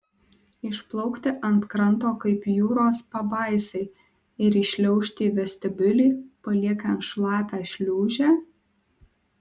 išplaukti ant kranto kaip jūros pabaisai ir įšliaužti į vestibiulį paliekant šlapią šliūžę